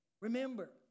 Remember